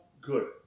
good